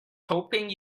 hoping